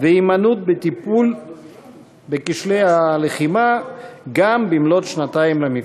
וההימנעות מטיפול בכשלי הלחימה גם במלאות שנתיים למבצע.